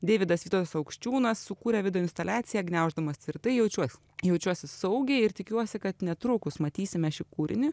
deividas vytautas aukščiūnas sukūrė video instaliaciją gniauždamas tvirtai jaučiuosi jaučiuosi saugiai ir tikiuosi kad netrukus matysime šį kūrinį